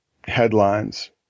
headlines